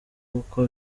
gukwa